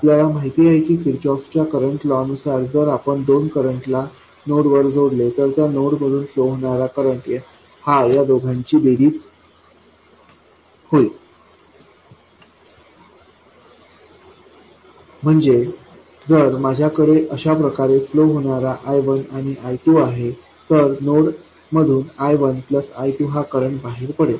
आपल्याला माहित आहे की किर्चहोफच्या करंट लॉ नुसार जर आपण दोन करंटला नोड वर जोडले तर त्या नोड मधून फ्लो होणारा करंट हा या दोघांची बेरीज होईल म्हणजेच जर माझ्याकडे अशा प्रकारे फ्लो होणारे I1 आणि I2 आहेत तर नोड मधून I1 I2 हा करंट बाहेर पडेल